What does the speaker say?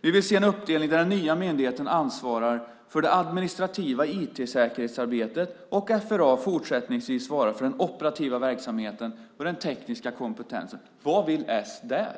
Vi vill se en uppdelning där den nya myndigheten ansvarar för det administrativa IT-säkerhetsarbetet och FRA fortsättningsvis svarar för den operativa verksamheten och den tekniska kompetensen. Vad vill s där?